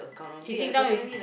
sitting down with